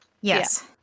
Yes